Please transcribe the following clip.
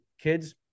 kids